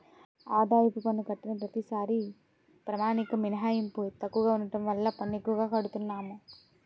ఆదాయపు పన్ను కట్టిన ప్రతిసారీ ప్రామాణిక మినహాయింపు తక్కువగా ఉండడం వల్ల పన్ను ఎక్కువగా కడతన్నాము